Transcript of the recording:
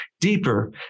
deeper